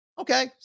Okay